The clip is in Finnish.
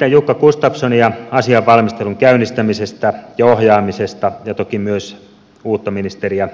kiitän jukka gustafssonia asian valmistelun käynnistämisestä ja ohjaamisesta ja toki myös uutta ministeriä